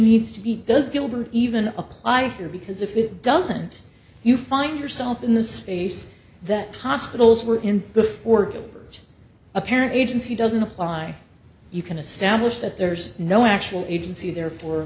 needs to be does gilbert even apply here because if it doesn't you find yourself in the space that hospitals were in before get a parent agency doesn't apply you can establish that there's no actual agency there for